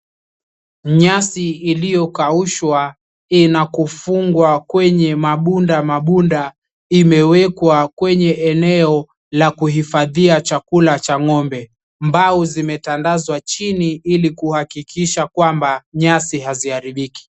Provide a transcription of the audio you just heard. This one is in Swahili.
Nyasi iliyokaushwa na kufungwa kwenye mabunda mabunda imewekwa kwenye eneo la kuhifadhia chakula cha ng'ombe, mbao zimetandazwa chini hili kuhakikisha kwamba nyasi haziharibiki.